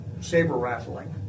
saber-rattling